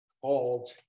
called